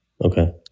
Okay